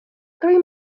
three